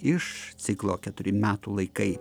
iš ciklo keturi metų laikai